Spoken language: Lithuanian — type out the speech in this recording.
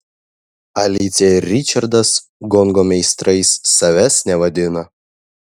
alicija ir ričardas gongo meistrais savęs nevadina